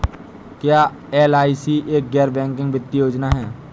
क्या एल.आई.सी एक गैर बैंकिंग वित्तीय योजना है?